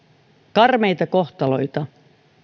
karmeita kohtaloita